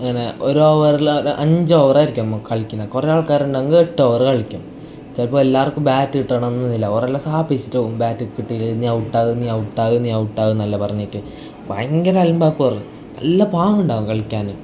അങ്ങനെ ഒരു ഓവറിൽ അഞ്ച് ഓവർ ആയിരിക്കും നമുക്ക് കളിക്കുന്നത് കുറേ ആൾക്കാർ ഉണ്ടെങ്കിൽ എട്ട് ഓവർ കളിക്കും ആൾക്കാർ ഉണ്ടെങ്കിൽ എല്ലാവർക്കും ബാറ്റ് കിട്ടണമെന്നില്ല ഓർ എല്ലാം സാപ്പിസ്റ്റ് പോവും ബാറ്റ് കിട്ടിയില്ലെങ്കിൽ നീ ഔട്ട് ആക് നീ ഔട്ട് ആക് നീ ഔട്ട് ആക് എന്നെല്ലാം പറഞ്ഞിട്ട് ഭയങ്കര അലമ്പാക്കും അവർ നല്ല പാങ്ങുണ്ടാവും കളിക്കാൻ